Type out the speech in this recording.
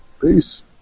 Peace